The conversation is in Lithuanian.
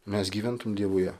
mes gyventum dievuje